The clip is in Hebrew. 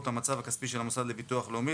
את המצב הכספי של המוסד לביטוח לאומי,